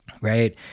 right